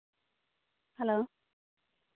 hello